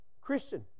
Christian